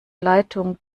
leitung